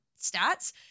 stats